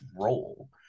role